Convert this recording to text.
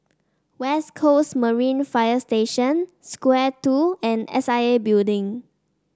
West Coast Marine Fire Station Square Two and S I A Building